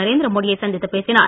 நரேந்திர மோடியை சந்தித்து பேசினார்